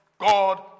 God